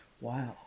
wow